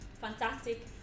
fantastic